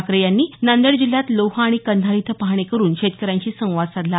ठाकरे यांनी नांदेड जिल्ह्यात लोहा आणि कंधार इथं पाहणी करून शेतकऱ्यांशी संवाद साधला